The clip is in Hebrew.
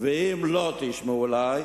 ואם לא תשמעו אלי,